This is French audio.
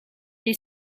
est